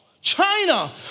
China